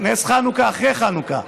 נס חנוכה אחרי חנוכה.